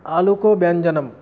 आलुकव्यञ्जनम्